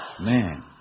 Man